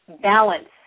balance